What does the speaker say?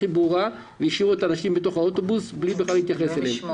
והשאירו את האנשים בתוך האוטובוס בלי להתייחס אליהם.